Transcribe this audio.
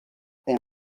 quedó